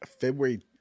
February